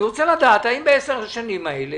אני רוצה לדעת: האם בעשר השנים האלה